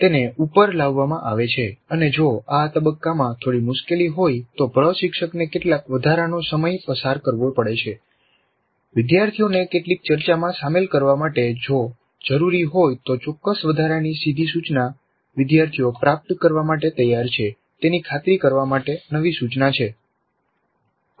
તેને ઉપર લાવવામાં આવે છે અને જો આ તબક્કામાં થોડી મુશ્કેલી હોય તો પ્રશિક્ષકને કેટલાક વધારાનો સમય પસાર કરવો પડે છે વિદ્યાર્થીઓને કેટલીક ચર્ચામાં સામેલ કરવા માટે જો જરૂરી હોય તો ચોક્કસ વધારાની સીધી સૂચના વિદ્યાર્થીઓ પ્રાપ્ત કરવા માટે તૈયાર છે તેની ખાતરી કરવા માટે નવી સૂચના છે